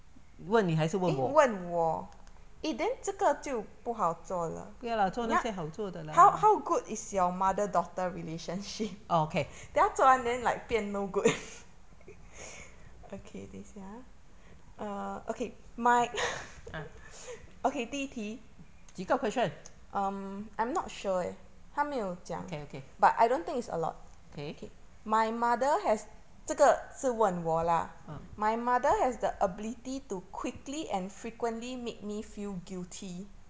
问你还是问我不要啦做那些好做的啦 orh okay ah 几个 question okay okay okay ah